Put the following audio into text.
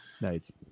Nice